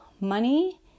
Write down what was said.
money